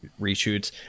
reshoots